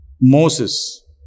Moses